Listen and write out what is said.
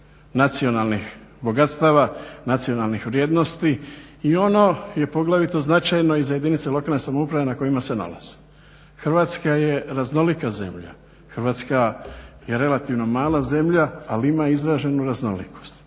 nacionalnih bogatstava, nacionalnih vrijednosti i ono je poglavito značajno za jedince lokalne samouprave na kojima se nalaze. Hrvatska je raznolika zemlja, Hrvatska je relativno mala zemlja, ali ima izraženu raznolikost.